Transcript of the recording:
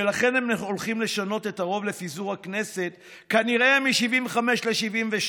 ולכן הם הולכים לשנות את הרוב לפיזור הכנסת כנראה מ-75 ל-72.